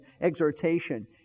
exhortation